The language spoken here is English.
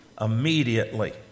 Immediately